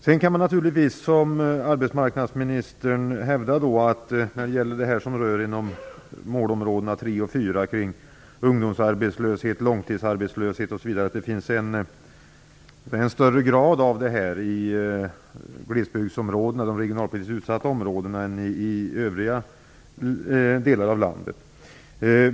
Sedan kan man naturligtvis hävda att det finns en större grad av ungdomsarbetslöshet och långtidsarbetslöshet, dvs. det som rör målområdena 3 och 4, i glesbygdsområdena och de regionalpolitiskt utsatta områdena än i övriga delar av landet.